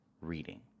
reading